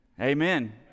Amen